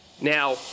now